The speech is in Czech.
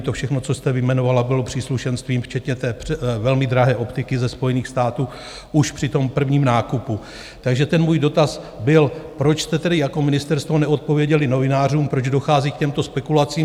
To všechno, co jste vyjmenovala, bylo příslušenstvím včetně té velmi drahé optiky ze Spojených států už při prvním nákupu, takže ten můj dotaz byl, proč jste tedy jako ministerstvo neodpověděli novinářům, proč dochází k těmto spekulacím.